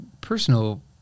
personal